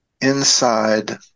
inside